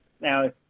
now